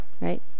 Right